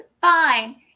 fine